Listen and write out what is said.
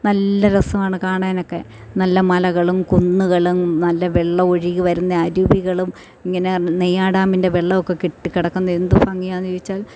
നല്ല രസമാണ് കാണാനൊക്കെ നല്ല മലകളും കുന്നുകളും നല്ല വെള്ളം ഒഴുകി വരുന്ന അരുവികളും ഇങ്ങനെ നെയ്യാർ ഡാമിൻ്റെ വെള്ളമൊക്കെ കെട്ടിക്കിടക്കുന്നത് എന്ത് ഭംഗിയാണെന്ന് ചോദിച്ചാൽ